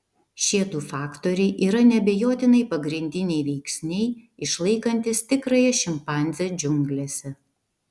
šie du faktoriai yra neabejotinai pagrindiniai veiksniai išlaikantys tikrąją šimpanzę džiunglėse